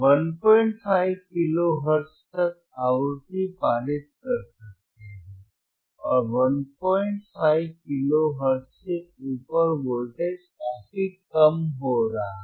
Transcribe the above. हम 15 kilohertz तक आवृत्ति पारित कर सकते हैं और 15 किलो हर्ट्ज से ऊपर वोल्टेज काफी कम हो रहा है